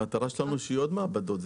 המטרה שלנו היא שיהיו עוד מעבדות.